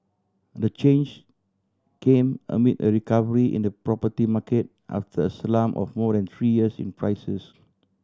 the change came amid a recovery in the property market after a slump of more than three years in prices